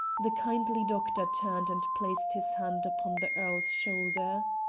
the kindly doctor turned and placed his hand upon the earl's shoulder.